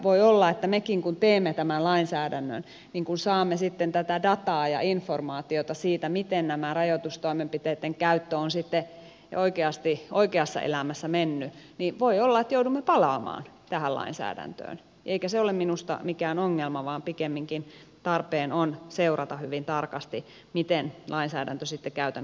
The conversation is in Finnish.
voi olla että kun teemme tämän lainsäädännön ja saamme sitten tätä dataa ja informaatiota siitä miten rajoitustoimenpiteitten käyttö on sitten oikeasti oikeassa elämässä mennyt niin mekin joudumme palaamaan tähän lainsäädäntöön eikä se ole minusta mikään ongelma vaan pikemminkin tarpeen on seurata hyvin tarkasti miten lainsäädäntö sitten käytännössä toimii